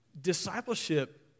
Discipleship